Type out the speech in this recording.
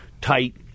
Tight